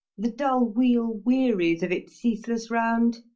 the dull wheel wearies of its ceaseless round,